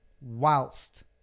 whilst